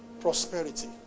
prosperity